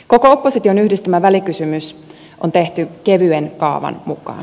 koko opposition yhdistämä välikysymys on tehty kevyen kaavan mukaan